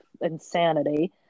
insanity